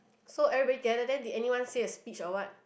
so everybody gather then did anyone say a speech or what